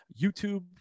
YouTube